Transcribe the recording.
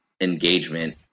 engagement